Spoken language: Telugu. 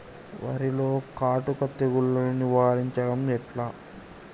వరిలో కాటుక తెగుళ్లను నివారించడం ఎట్లా?